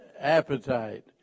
Appetite